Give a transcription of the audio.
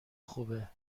خوبه